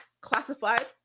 classified